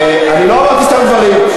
אני לא אמרתי סתם דברים.